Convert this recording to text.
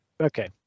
Okay